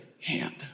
hand